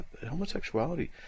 homosexuality